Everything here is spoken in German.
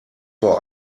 vor